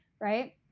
right